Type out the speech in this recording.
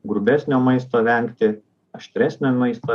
grubesnio maisto vengti aštresnio maisto